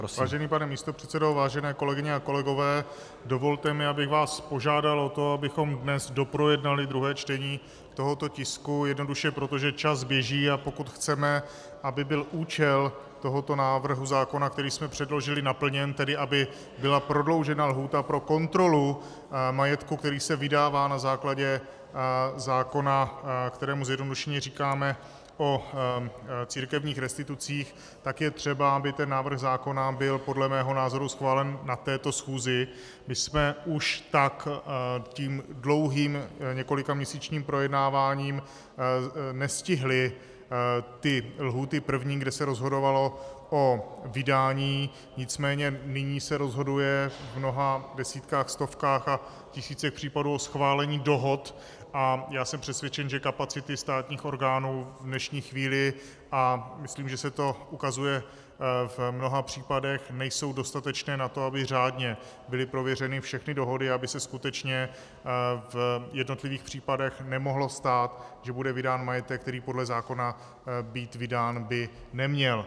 Vážený pane místopředsedo, vážené kolegyně a kolegové, dovolte mi, abych vás požádal o to, abychom dnes doprojednali druhé čtení tohoto tisku, jednoduše proto, že čas běží, a pokud chceme, aby byl účel tohoto návrhu zákona, který jsme předložili, naplněn, tedy aby byla prodloužena lhůta pro kontrolu majetku, který se vydává na základě zákona, kterému zjednodušeně říkáme o církevních restitucích, tak je třeba, aby návrh zákona byl podle mého názoru schválen na této schůzi, kdy jsme už tak tím dlouhým několikaměsíčním projednáváním nestihli lhůty první, kdy se rozhodovalo o vydání, nicméně nyní se rozhoduje v mnoha desítkách, stovkách a tisících případů o schválení dohod, a já jsem přesvědčen, že kapacity státních orgánů v dnešní chvíli, a myslím, že se to ukazuje v mnoha případech, nejsou dostatečné na to, by řádně byly prověřeny všechny dohody, aby se skutečně v jednotlivých případech nemohlo stát, že bude vydán majetek, který by podle zákona být vydán neměl.